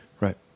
Right